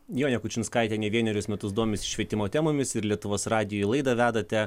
jonė kučinskaitė ne vienerius metus domisi švietimo temomis ir lietuvos radijuj laidą vedate